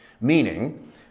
meaning